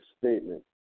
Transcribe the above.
statement